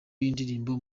y’indirimbo